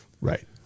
Right